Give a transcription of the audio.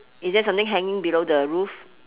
is there something hanging below the roof